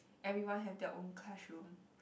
everyone have their own classroom